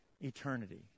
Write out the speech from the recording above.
eternity